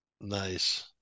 nice